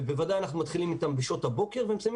ובוודאי אנחנו מתחילים איתם בשעות הבוקר ונמצאים